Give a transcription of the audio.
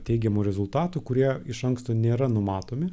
teigiamų rezultatų kurie iš anksto nėra numatomi